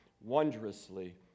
wondrously